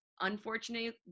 unfortunately